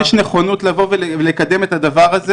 אז השאלה היא האם יש נכונות לבוא ולקדם את הדבר הזה,